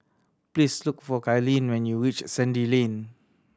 please look for Kylene when you reach Sandy Lane